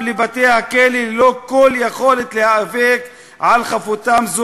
לבתי-הכלא ללא כל יכולת להיאבק על חפותם.